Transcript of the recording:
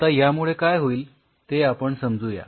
आता यामुळे काय होईल ते आपण समजू या